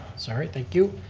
sorry, thank you.